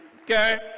Okay